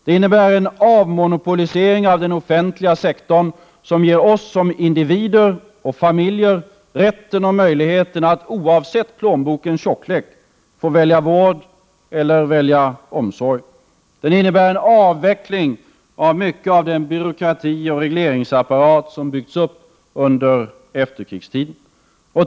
Det innebär en avmonopolisering av den offentliga sektorn, som ger oss som individer och familjer rätten och möjligheten att oavsett plånbokens tjocklek välja vård och välja omsorg. Det innebär en avveckling av mycket av den byråkratioch regleringsapparat som har byggts upp under efterkrigstiden.